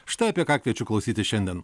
štai apie ką kviečiu klausytis šiandien